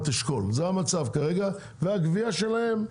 אשכול זה המצב כרגע והגבייה שלהם.